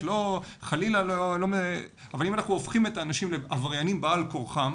את האנשים לעבריינים בעל כורחם